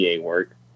work